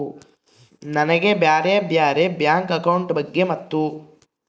ನನಗೆ ಬ್ಯಾರೆ ಬ್ಯಾರೆ ಬ್ಯಾಂಕ್ ಅಕೌಂಟ್ ಬಗ್ಗೆ ಮತ್ತು?